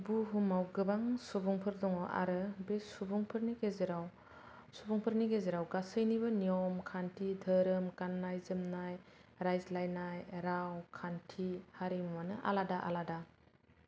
बुहुमाव गोबां सुबुंफोर दङ आरो बे सुबुंफोरनि गेजेराव गासैनिबो नियम खान्थि धोरोम गाननाय जोमनाय रायज्लायनाय राव खान्थि हारिमुआनो आलादा आलादा